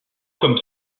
comme